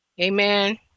Amen